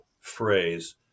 phrase